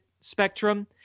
spectrum